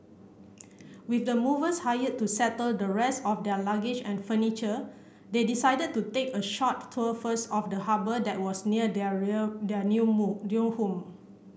with the movers hired to settle the rest of their luggage and furniture they decided to take a short tour first of the harbour that was near their their new new home